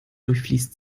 durchfließt